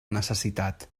necessitat